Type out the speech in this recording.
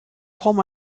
form